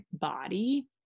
body